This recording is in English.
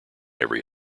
every